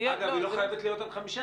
אגב, היא לא חייבת להיות עד 15%,